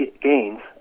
gains